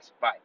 Bye